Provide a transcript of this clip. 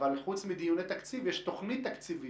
אבל חוץ מדיוני תקציב יש תוכנית תקציבית